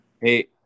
hey